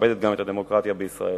מכבדת גם את הדמוקרטיה בישראל.